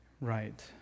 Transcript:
right